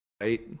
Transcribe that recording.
right